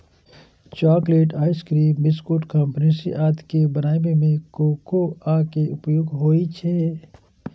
chocolate, ice cream, biscuit, confectionery आदि बनाबै मे कोकोआ के उपयोग होइ छै